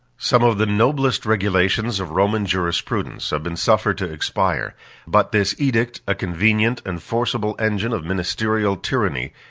some of the noblest regulations of roman jurisprudence have been suffered to expire but this edict, a convenient and forcible engine of ministerial tyranny,